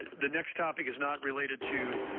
the next topic is not related to